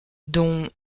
dont